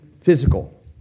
physical